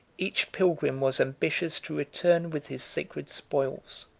each pilgrim was ambitious to return with his sacred spoils,